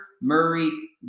Murray